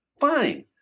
fine